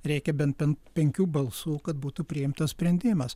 reikia bent pen penkių balsų kad būtų priimtas sprendimas